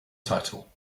title